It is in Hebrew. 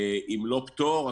אם לא פטור,